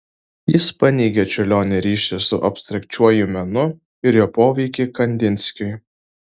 jis paneigė čiurlionio ryšį su abstrakčiuoju menu ir jo poveikį kandinskiui